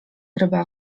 ryba